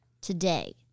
Today